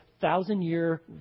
thousand-year